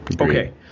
Okay